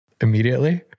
immediately